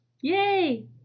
yay